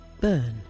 burn